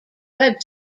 web